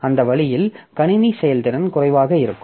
அந்த வழியில் கணினி செயல்திறன் குறைவாக இருக்கும்